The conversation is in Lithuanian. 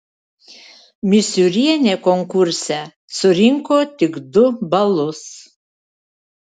misiūrienė konkurse surinko tik du balus